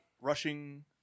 rushing